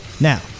Now